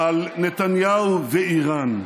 על נתניהו ואיראן.